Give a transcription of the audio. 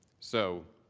so,